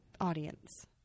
audience